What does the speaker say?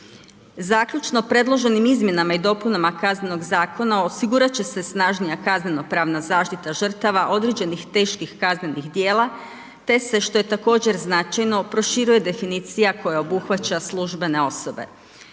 Zaključno, predloženim Izmjenama i dopunama Kaznenog zakona osigurati će se snažnija kazneno pravna zaštita žrtava određenih teških kaznenih djela te se što je također značajno proširuje definicija koja obuhvaća službene osobe.